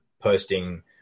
posting